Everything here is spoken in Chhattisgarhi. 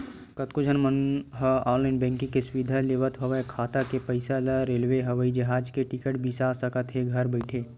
कतको झन मन ह ऑनलाईन बैंकिंग के सुबिधा लेवत होय खाता के पइसा ले रेलवे, हवई जहाज के टिकट बिसा सकत हे घर बइठे